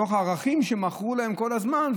מתוך הערכים שמכרו להם כל הזמן,